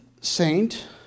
saint